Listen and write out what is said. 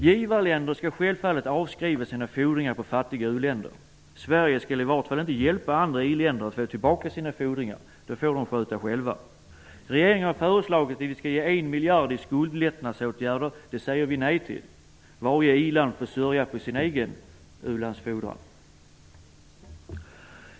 Givarländer skall självfallet avskriva sina fordringar på fattiga u-länder. Sverige skall åtminstone inte hjälpa andra i-länder att få tillbaka sina fordringar. Det får de sköta själva. Regeringen har föreslagit att vi skall ge en miljard i skuldlättnadsåtgärder. Det säger vi nej till. Varje iland får sörja för sin egen u-landsfordran.